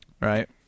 right